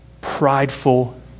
prideful